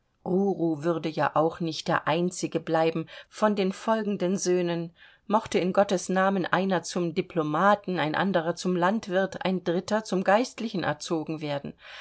würde ja auch nicht der einzige bleiben von den folgenden söhnen mochte in gottes namen einer zum diplomaten ein anderer zum landwirt ein dritter zum geistlichen erzogen werden